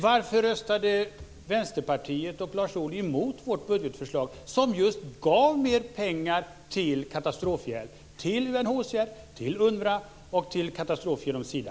Varför röstade Vänsterpartiet och Lars Ohly emot vårt budgetförslag som just gav mer pengar till katastrofhjälp, till UNHCR, till UNWRA och till Sida?